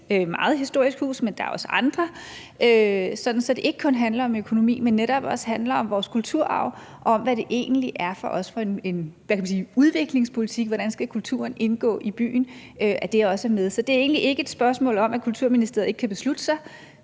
det om ét meget historisk hus, men der er også andre – sådan at det ikke kun handler om økonomi, men netop også handler om vores kulturarv og om, hvad det egentlig er for en udviklingspolitik, der skal være, altså hvordan kulturen skal indgå i byen, så det også er med. Så det er egentlig ikke et spørgsmål om, at Kulturministeriet ikke kan beslutte sig.